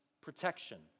protection